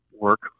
work